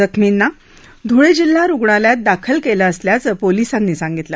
जखमींना धुळ जिल्हा रुग्णालयात दाखल कलि असल्याचं पोलिसांनी सांगितलं